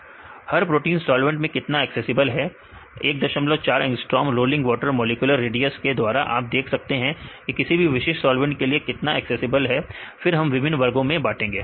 विद्यार्थी कितना हर प्रोटीन साल्वेंट से कितना एक्सेसिबल है 14 angstrom rolling water molecular radius के द्वारा आप देख सकते हैं किसी भी विशिष्ट सॉल्वेंट के लिए कितना एक्सेसिबल है फिर हम विभिन्न वर्गों में बाटेंगे